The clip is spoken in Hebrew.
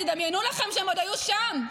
תדמיינו לכם שהם עוד היו שם,